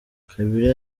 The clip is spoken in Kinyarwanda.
kabila